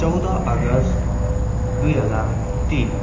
चौध अगस्ट दुई हजार तिन